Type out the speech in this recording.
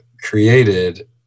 created